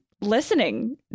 listening